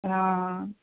हाँ हाँ